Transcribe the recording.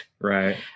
Right